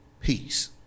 peace